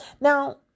Now